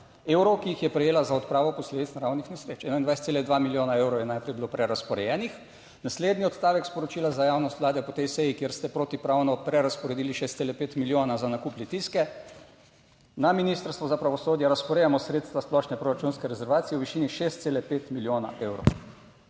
evrov, ki jih je prejela za odpravo posledic naravnih nesreč." 21,2 milijona evrov, je najprej bilo prerazporejenih naslednji odstavek sporočila za javnost Vlade po tej seji, kjer ste protipravno prerazporedili 6,5 milijona za nakup Litijske, "Na Ministrstvu za pravosodje razporejamo sredstva splošne proračunske rezervacije v višini 6,5 milijona evrov."